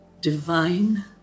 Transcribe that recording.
divine